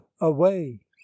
away